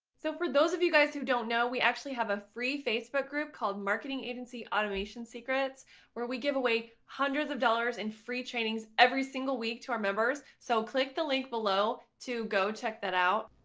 so for those of you guys who don't know, we actually have a free facebook group called marketing agency automation secrets where we give away hundreds of dollars in free trainings every single week to our members. so click the link below to go check that out.